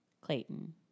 Clayton